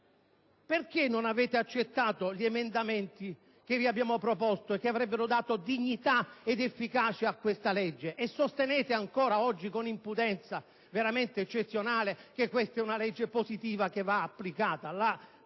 perché non avete accettato gli emendamenti che vi abbiamo proposto, che avrebbero dato dignità ed efficacia a questa legge, e sostenete ancora oggi, con un'impudenza veramente eccezionale, che questa è una legge positiva che va applicata?